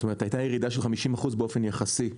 זאת אומרת, היתה ירידה של 50% באופן יחסי.